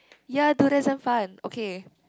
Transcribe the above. ya dude that some fun okay